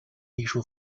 艺术